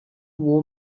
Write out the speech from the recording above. war